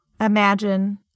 imagine